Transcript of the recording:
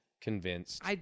convinced